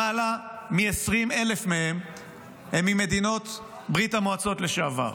למעלה מ-20,000 מהם הם ממדינות ברית המועצות לשעבר.